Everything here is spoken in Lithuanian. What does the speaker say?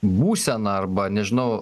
būseną arba nežinau